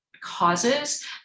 causes